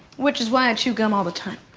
which is why i chew gum all the time.